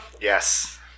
Yes